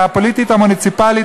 הפוליטית המוניציפלית,